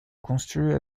construit